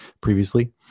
previously